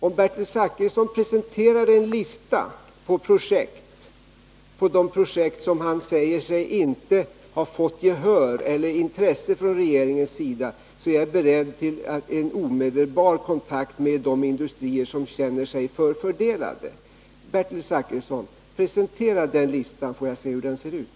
Om Bertil Zachrisson presenterar en lista över de projekt som han säger inte har fått gehör från regeringen, är jag beredd att ta omedelbar kontakt med de industrier som känner sig förfördelade. Presentera den listan, Bertil Zachrisson, så får jag se hur den ser ut.